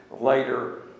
later